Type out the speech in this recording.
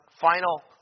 final